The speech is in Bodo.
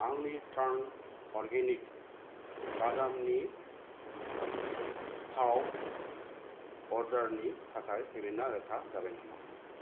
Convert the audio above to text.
आंनि टार्न अर्गेनिक बादामनि थाव अर्डारनि थाखाय पेमेन्टआ रोखा जाबाय नामा